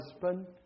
husband